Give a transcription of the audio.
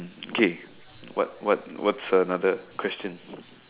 kay what what what's another question